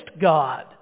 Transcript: God